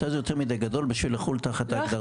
מתי זה יותר מידי גדול בשביל לחול תחת ההגדרה הזאת?